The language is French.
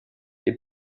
les